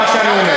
את מה שאני אומר.